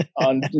on